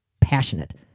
passionate